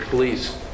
Please